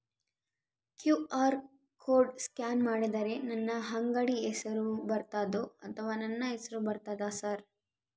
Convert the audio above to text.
QR code scan ಮಾಡಿದರೆ ನನ್ನ ಅಂಗಡಿ ಹೆಸರು ಬರ್ತದೋ ಅಥವಾ ನನ್ನ ಹೆಸರು ಬರ್ತದ ಸರ್?